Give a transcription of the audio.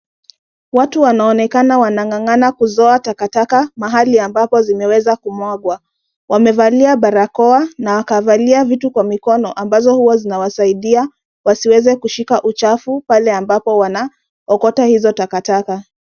Watu wanaonekana wanang'ang'ana kuzoa takataka mahali ambapo zimeweza kumwagwa. Wamevalia barakoa na wakavalia vitu kwa mikono ambazo huwa zinawasaidia wasiweze kushika uchafu pale ambapo wanaokota hizo takataka.